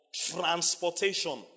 transportation